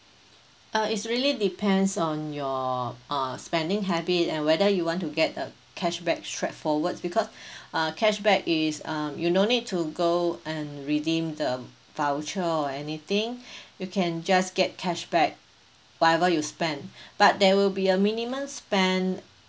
uh it's really depends on your uh spending habit and whether you want to get the cashback straightforward because uh cashback is um you no need to go and redeem the voucher or anything you can just get cashback whatever you spend but there will be a minimum spend